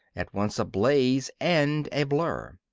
at once a blaze and a blur.